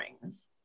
rings